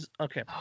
Okay